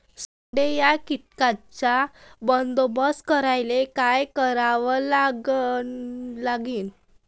सोंडे या कीटकांचा बंदोबस्त करायले का करावं लागीन?